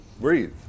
breathe